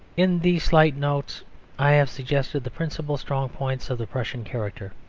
in these slight notes i have suggested the principal strong points of the prussian character.